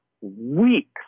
weeks